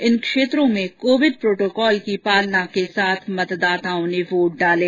इन क्षेत्रों में Covid protocol की पालना के साथ मतदाताओं ने वोट डाले